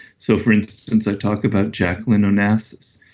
so for instance i talk about jacqueline onassis.